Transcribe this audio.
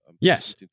yes